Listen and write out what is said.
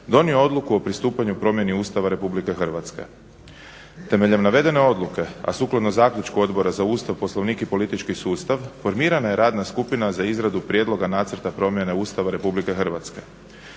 donio odluku o pristupanju promjeni Ustava RH. Temeljem navedene odluke, a sukladno zaključku Odbora za Ustav, Poslovnik i politički sustav formirana je radna skupina za izradu prijedlog nacrta promjene Ustava RH.